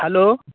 hello